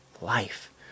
life